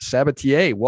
Sabatier